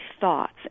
thoughts